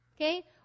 okay